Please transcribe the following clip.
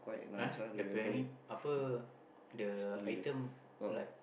uh the punya ini apa the item like